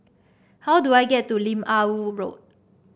how do I get to Lim Ah Woo Road